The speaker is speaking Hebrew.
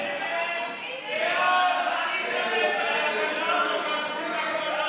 להעביר לוועדה את הצעת חוק-יסוד: